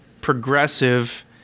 Progressive